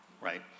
right